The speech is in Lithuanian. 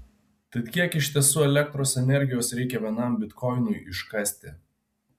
tad kiek iš tiesų elektros energijos reikia vienam bitkoinui iškasti